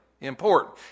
important